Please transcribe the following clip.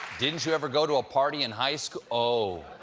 didn't you ever go to a party in high school? oh.